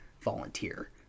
volunteer